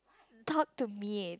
talk to me eh